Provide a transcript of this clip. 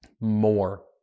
more